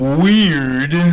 weird